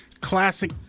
classic